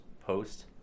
post